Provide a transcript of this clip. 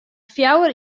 fjouwer